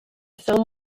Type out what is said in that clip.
film